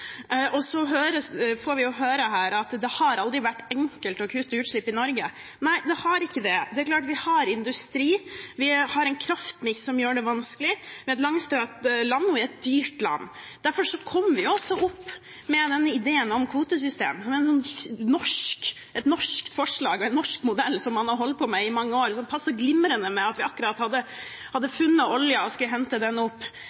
årene. Så får vi høre her at det aldri har vært enkelt å kutte utslipp i Norge. Nei, det har ikke det. Vi har industri og vi har en kraftmiks som gjør det vanskelig, vi er et langstrakt land, og vi er et dyrt land. Derfor kom vi også opp med denne ideen om kvotesystem, som er et norsk forslag og en norsk modell som man har holdt på med i mange år, og som passet glimrende med at vi akkurat hadde funnet oljen og skulle hente den opp.